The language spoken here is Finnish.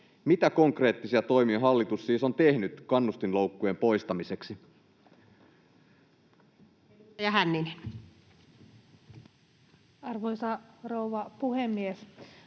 Mitä konkreettisia toimia hallitus siis on tehnyt kannustinloukkujen poistamiseksi?